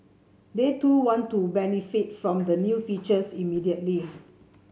they too want to benefit from the new features immediately